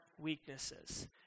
weaknesses